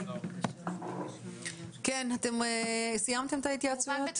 אתם סיימתם את ההתייעצויות?